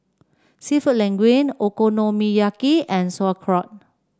seafood Linguine Okonomiyaki and Sauerkraut